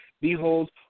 Behold